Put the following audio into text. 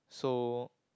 so